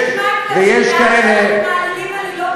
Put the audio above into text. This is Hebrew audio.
איפה חבר הכנסת מקלב שטען שאנחנו מעלילים עלילות